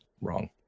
Wrong